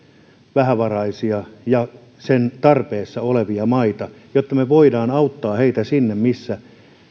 vähävaraisia ja sen tarpeessa olevia maita jotta me voimme auttaa heitä siellä missä